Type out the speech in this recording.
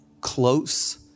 close